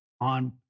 on